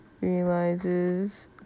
realizes